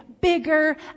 bigger